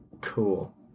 Cool